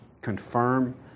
confirm